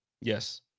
yes